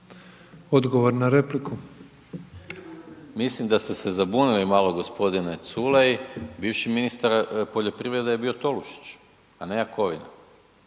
Gordan (SDP)** Mislim da ste se zabunili malo g. Culej, bivši ministar poljoprivrede je bio Tolušić a ne Jakovina